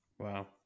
Wow